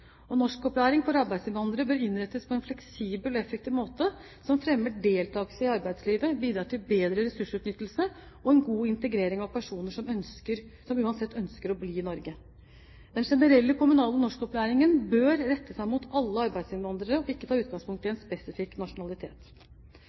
Norskopplæring for arbeidsinnvandrere bør innrettes på en fleksibel og effektiv måte som fremmer deltakelse i arbeidslivet, og som bidrar til bedre ressursutnyttelse og en god integrering av personer som uansett ønsker å bli i Norge. Den generelle, kommunale norskopplæringen bør rette seg mot alle arbeidsinnvandrere og ikke ta utgangspunkt i